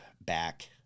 back